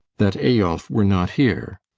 that eyolf were not here.